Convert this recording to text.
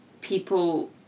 people